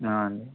అ